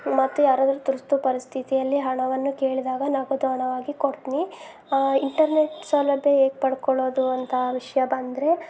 ಮತ್ತು ಯಾರಾದ್ರೂ ತುರ್ತು ಪರಿಸ್ಥಿತಿಯಲ್ಲಿ ಹಣವನ್ನು ಕೇಳಿದಾಗ ನಗದು ಹಣವಾಗಿ ಕೊಡ್ತೀನಿ ಇಂಟರ್ನೆಟ್ ಸೌಲಭ್ಯ ಹೇಗ್ ಪಡ್ಕೊಳ್ಳೋದು ಅಂತ ವಿಷಯ ಬಂದರೆ